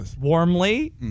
warmly